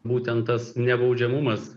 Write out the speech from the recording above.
būtent tas nebaudžiamumas